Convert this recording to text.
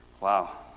Wow